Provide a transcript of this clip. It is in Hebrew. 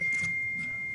שומע.